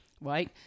right